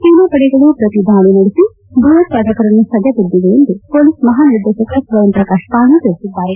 ಸೇನಾಪಡೆಗಳು ಪ್ರತಿ ದಾಳಿ ನಡೆಸಿ ಭಯೋತ್ಪಾದಕರನ್ನು ಸದೆಬಡಿದಿವೆ ಎಂದು ಹೊಲೀಸ್ ಮಹಾ ನಿರ್ದೇಶಕ ಸ್ವಯಂ ಪ್ರಕಾಶ್ ಪಾಣಿ ತಿಳಿಸಿದ್ದಾರೆ